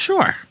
Sure